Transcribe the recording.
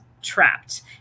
trapped